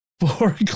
Four